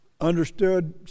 Understood